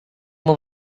will